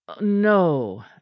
no